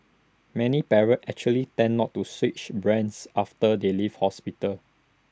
many parents actually tend not to switch brands after they leave hospital